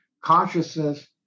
consciousness